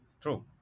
true